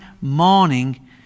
morning